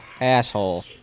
Asshole